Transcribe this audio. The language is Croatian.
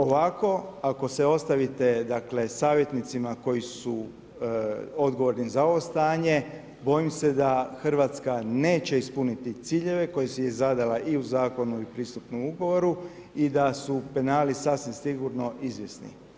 Ovako ako se ostavite savjetnicima koji su odgovorni za ovo stanje bojim se da Hrvatska neće ispuniti ciljeve koje si je zadala i u zakonu i pristupnom ugovoru i da su penali sasvim sigurno izvjesni.